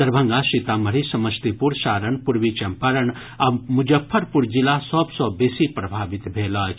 दरभंगा सीतामढ़ी समस्तीपुर सारण पूर्वी चंपारण आ मुजफ्फरपुर जिला सभ सँ बेसी प्रभावित भेल अछि